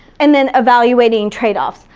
and then evaluating trade-offs.